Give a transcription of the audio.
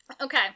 Okay